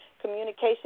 Communication